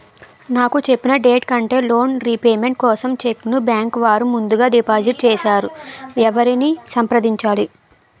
నాకు చెప్పిన డేట్ కంటే లోన్ రీపేమెంట్ కోసం చెక్ ను బ్యాంకు వారు ముందుగా డిపాజిట్ చేసారు ఎవరిని సంప్రదించాలి?